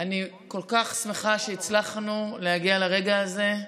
אני כל כך שמחה שהצלחנו להגיע לרגע הזה.